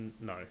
No